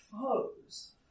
foes